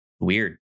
weird